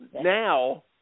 now